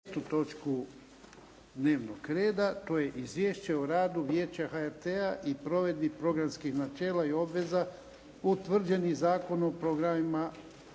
5. točku dnevnog reda. ¬- Izvješće o radu Vijeća HRT-a i provedbi programskih načela i obveza utvrđenih Zakonom o programima